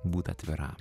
būt atviram